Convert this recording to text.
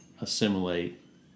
assimilate